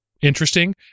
interesting